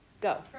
Go